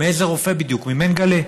מאיזה רופא בדיוק, ממנגלה?